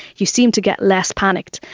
you seem to get less panicked,